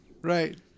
Right